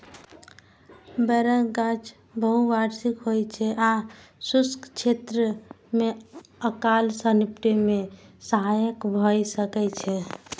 बेरक गाछ बहुवार्षिक होइ छै आ शुष्क क्षेत्र मे अकाल सं निपटै मे सहायक भए सकै छै